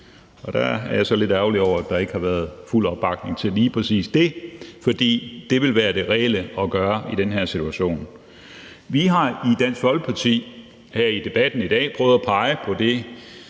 og der er jeg så lidt ærgerlig over, at der ikke har været fuld opbakning til lige præcis det, for det ville være det reelle at gøre i den her situation. Vi har i Dansk Folkeparti her i debatten i dag prøvet at pege på det,